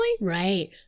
right